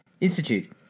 Institute